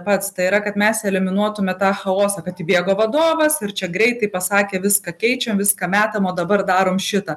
pats tai yra kad mes eliminuotume tą chaosą kad įbėgo vadovas ir čia greitai pasakė viską keičiam viską metam o dabar darom šitą